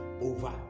over